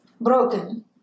broken